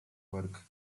work